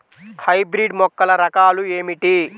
Hybrid మొక్కల రకాలు ఏమిటి?